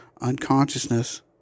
unconsciousness